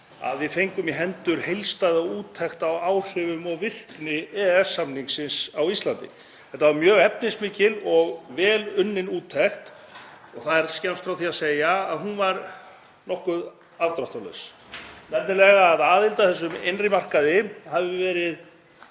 við fengum í hendur heildstæða úttekt á áhrifum og virkni EES-samningsins á Íslandi. Þetta var mjög efnismikil og vel unnin úttekt. Það er skemmst frá því að segja að hún var nokkuð afdráttarlaus; nefnilega að aðild að þessum innri markaði hafi verið